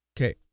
Okay